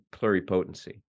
pluripotency